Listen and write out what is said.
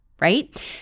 right